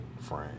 frame